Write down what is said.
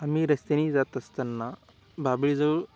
आम्ही रस्त्याने जात असताना बाभळीजवळ